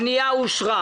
הצבעה פנייה 150 אושרה.